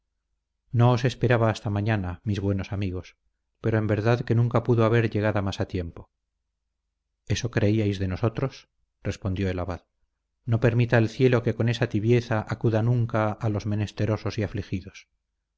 no os esperaba hasta mañana mis buenos amigos pero en verdad que nunca pudo haber llegada más a tiempo eso creíais de nosotros respondió el abad no permita el cielo que con esa tibieza acuda nunca a los menesterosos y afligidos